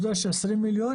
הוא דורש 20 מיליון.